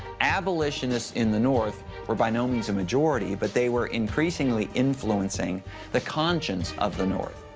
abolitionists in the north were by no means a majority, but they were increasingly influencing the conscience of the north.